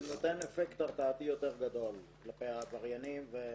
זה נותן אפקט הרתעתי יותר גדול כלפי העבריינים.